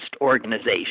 organization